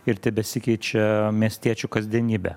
ir tebesikeičia miestiečių kasdienybė